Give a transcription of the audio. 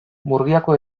murgiako